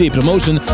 Promotion